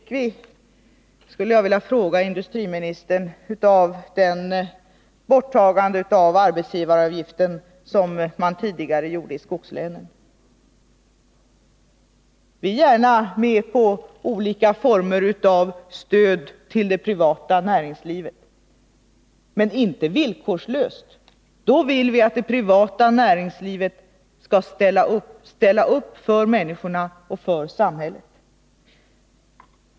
Jag skulle vilja fråga industriministern hur många jobb vi fick genom det borttagande av arbetsgivaravgiften som ni tidigare gjorde i skogslänen. Vi går gärna med på olika former av stöd till det privata näringslivet men inte villkorslöst, utan då vill vi att det privata näringslivet skall ställa upp för människorna och för samhället.